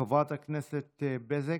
חברת הכנסת בזק.